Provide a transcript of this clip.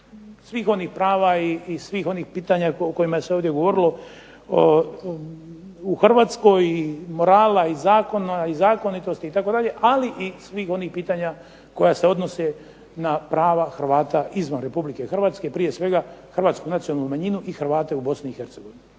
svih onih prava i svih onih pitanja o kojima se ovdje govorilo. U Hrvatskoj i morala i zakona i zakonitosti itd., ali i svih onih pitanja koja se odnose na prava Hrvata izvan Republike Hrvatske, prije svega Hrvatsku nacionalnu manjinu i Hrvate u Bosni i Hercegovini.